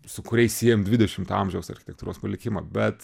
su kuriais siejam dvidešimto amžiaus architektūros palikimą bet